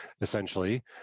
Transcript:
essentially